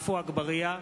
עפו אגבאריה,